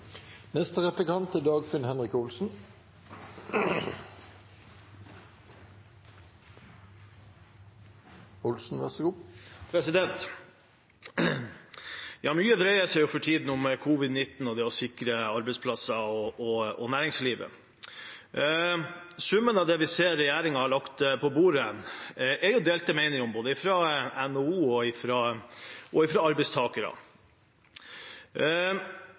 Mye dreier seg for tiden om covid-19 og det å sikre arbeidsplasser og næringslivet. Summen av det vi ser regjeringen har lagt på bordet, er det delte meninger om, både fra NHO og